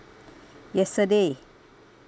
yesterday